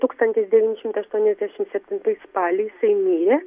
tūkstantis devyni šimtai aštuoniasdešimt septintųjų spalį jisai mirė